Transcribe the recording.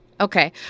Okay